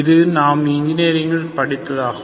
இது நாம் இன்ஜினியரிங்கில் படித்ததாகவும்